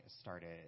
started